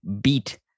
beat